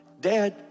dad